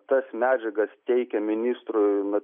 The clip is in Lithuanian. tas medžiagas teikia ministrui